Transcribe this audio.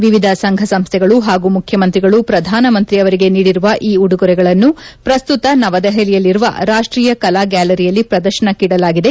ವಿವಿಧ ಸಂಘಸಂಸ್ಥೆಗಳು ಹಾಗೂ ಮುಖ್ಚಮಂತ್ರಿಗಳು ಪ್ರಧಾನಮಂತ್ರಿಯವರಿಗೆ ನೀಡಿರುವ ಈ ಉಡುಗೊರೆಗಳನ್ನು ಪ್ರಸ್ತುತ ನವದೆಹಲಿಯಲ್ಲಿರುವ ರಾಷ್ಷೀಯ ಕಲಾ ಗ್ನಾಲರಿಯಲ್ಲಿ ಪ್ರದರ್ಶನಕ್ಕಿಡಲಾಗಿದೆ